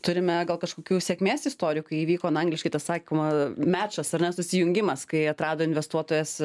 turime gal kažkokių sėkmės istorijų kai įvyko na angliškai tas sakoma mečas ar ne susijungimas kai atrado investuotojas